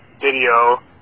video